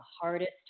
hardest